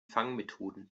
fangmethoden